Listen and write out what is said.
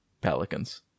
pelicans